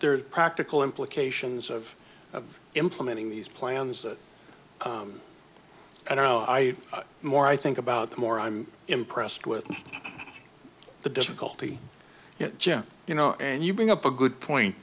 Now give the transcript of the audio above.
there are practical implications of of implementing these plans that i don't know i more i think about the more i'm impressed with the difficulty jim you know and you bring up a good point